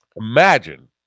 Imagine